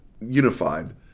unified